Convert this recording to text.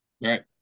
Right